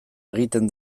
egiten